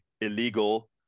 illegal